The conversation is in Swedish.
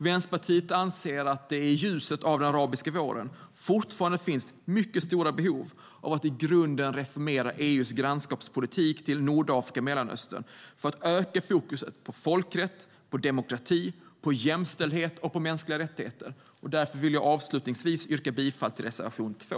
Vänsterpartiet anser att det i ljuset av den arabiska våren fortfarande finns mycket stora behov av att i grunden reformera EU:s grannskapspolitik med Nordafrika och Mellanöstern för att öka fokus på folkrätt, demokrati, jämställdhet och mänskliga rättigheter. Därför vill jag yrka bifall till reservation 2.